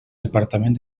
departament